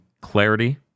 Clarity